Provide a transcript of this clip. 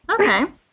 okay